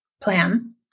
plan